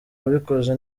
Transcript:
wabikoze